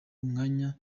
umwanya